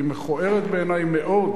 היא מכוערת בעיני מאוד.